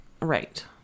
right